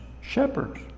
Shepherds